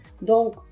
Donc